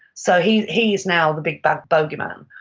so he's he's now the big bad bogeyman.